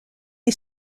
est